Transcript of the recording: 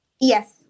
Yes